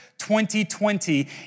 2020